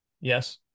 Yes